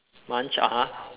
munch (uh huh)